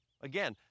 again